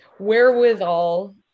Wherewithal